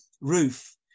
roof